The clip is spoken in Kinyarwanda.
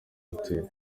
hotel